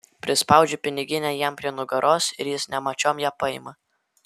prispaudžiu piniginę jam prie nugaros ir jis nemačiom ją paima